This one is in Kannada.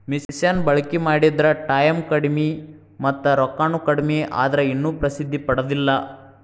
ಮಿಷನ ಬಳಕಿ ಮಾಡಿದ್ರ ಟಾಯಮ್ ಕಡಮಿ ಮತ್ತ ರೊಕ್ಕಾನು ಕಡಮಿ ಆದ್ರ ಇನ್ನು ಪ್ರಸಿದ್ದಿ ಪಡದಿಲ್ಲಾ